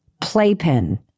playpen